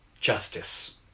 justice